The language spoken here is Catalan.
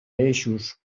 eixos